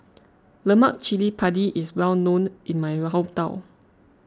Lemak Cili Padi is well known in my hometown